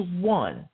one